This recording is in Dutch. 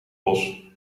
bos